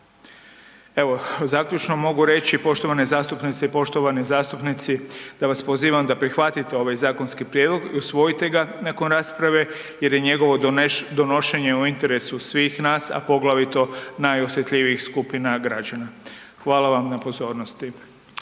Evo, zaključno mogu reći poštovane zastupnice i poštovani zastupnici da vas pozivam da prihvatit ovaj zakonski prijedlog i usvojite ga nakon rasprave jer je njegovo donošenje u interesu svih nas, a poglavito najosjetljivijih skupina građana. Hvala vam na pozornosti.